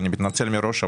אני מתנצל מראש.